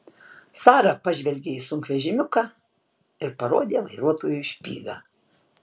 sara pažvelgė į sunkvežimiuką ir parodė vairuotojui špygą